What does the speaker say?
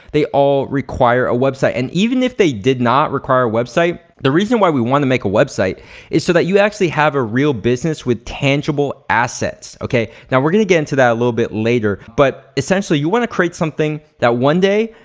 they all require a website and even if they did not require a website, the reason why we wanna make a website is so that you actually have a real business with tangible assets okay? now we're gonna get into that a little bit later, but essentially you wanna create something that one day,